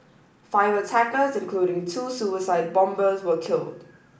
five attackers including two suicide bombers were killed